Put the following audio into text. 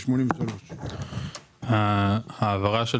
העברה של